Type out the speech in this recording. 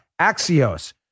Axios